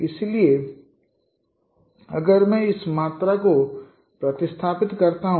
इसलिए अगर मैं इस मात्रा को प्रतिस्थापित करता हूं